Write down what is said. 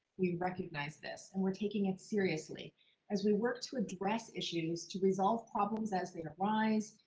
we recognize this. and we're taking it seriously as we work to address issues to resolve problems as they arise,